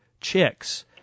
chicks